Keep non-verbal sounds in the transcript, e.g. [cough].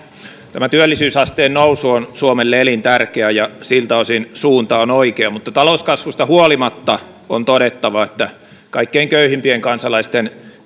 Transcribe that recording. tämä työllisyysasteen nousu on suomelle elintärkeä ja siltä osin suunta on oikea mutta talouskasvusta huolimatta on todettava että kaikkein köyhimpien kansalaisten [unintelligible]